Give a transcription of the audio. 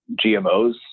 GMOs